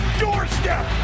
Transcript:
doorstep